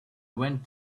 went